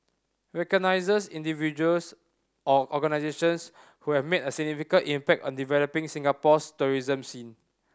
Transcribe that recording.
recognises individuals or organisations who have made a significant impact on developing Singapore's tourism scene